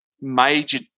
major